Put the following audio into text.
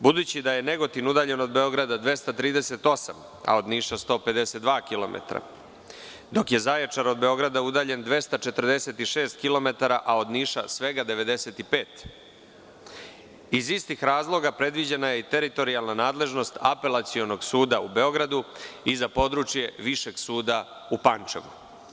Budući da je Negotin udaljen od Beograda 238 km, a od Niša 152 km, dok je Zaječar od Beograda udaljen 246 km a od Niša svega 95 km, iz istih razloga predviđena je i teritorijalna nadležnost Apelacionog suda u Beogradu i za područje Višeg suda u Pančevu.